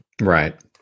Right